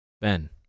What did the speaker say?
Ben